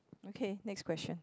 okay next question